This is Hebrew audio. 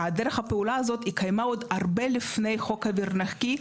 דרך הפעולה הזאת התקיימה עוד הרבה לפני חוק אוויר נקי.